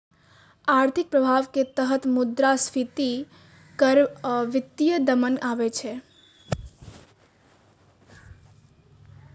आर्थिक प्रभाव के तहत मुद्रास्फीति कर आ वित्तीय दमन आबै छै